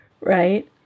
right